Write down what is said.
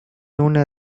una